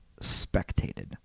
spectated